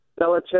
Belichick